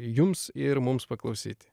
jums ir mums paklausyti